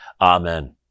Amen